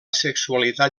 sexualitat